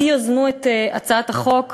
אתי יזמו את הצעת החוק